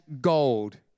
gold